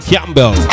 Campbell